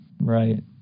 Right